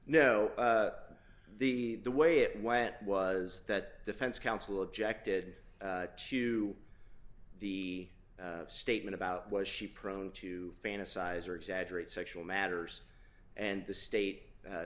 no the way it went was that defense counsel objected to the statement about was she prone to fantasize or exaggerate sexual matters and the state